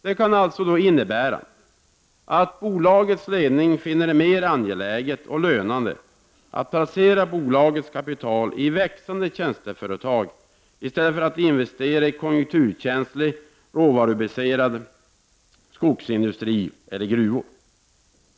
Det kan således innebära att bolagets ledning finner det mer angeläget och lönande att placera bolagets kapital i växande tjänsteföretag i stället för att investera i konjunkturkänslig råvarubaserad skogsindustri eller i gruvor.